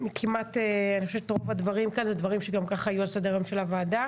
כמעט רוב הדברים כאן הם דברים שגם כך היו על סדר היום של הוועדה.